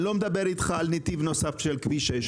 אני לא מדבר איתך על נתיב נוסף בכביש 6,